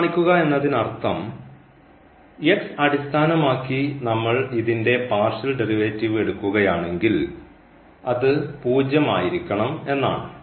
ഇത് കാണിക്കുക എന്നതിനർത്ഥം അടിസ്ഥാനമാക്കി നമ്മൾ ഇതിൻറെ പാർഷ്യൽ ഡെറിവേറ്റീവ് എടുക്കുകയാണെങ്കിൽ അത് പൂജ്യം ആയിരിക്കണം എന്നാണ്